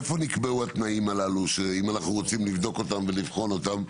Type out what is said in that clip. איפה נקבעו התנאים הללו אם אנחנו רוצים לבדוק אותם ולבחון אותם?